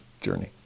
journey